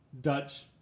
Dutch